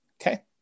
Okay